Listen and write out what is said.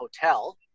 hotel